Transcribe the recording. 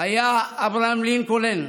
היה אברהם לינקולן,